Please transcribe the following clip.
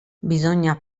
bisogna